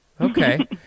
Okay